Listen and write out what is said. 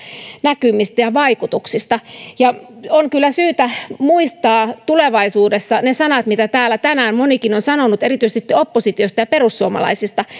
näkymistä ja vaikutuksista on kyllä syytä muistaa tulevaisuudessa ne sanat mitä täällä tänään monikin on sanonut erityisesti oppositiosta ja perussuomalaisista